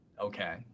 Okay